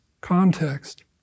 context